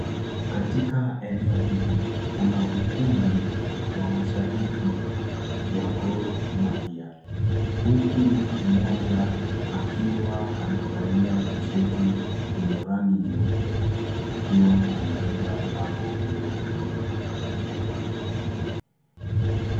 Katika eneo hili kuna ukumbi wa mashabiki wa Gor Mahia huku mmoja ] akiwa amevalia [cs[ T shirt yenye rangi nyeupe akiwa amebeba bangi hilo juu.